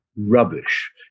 rubbish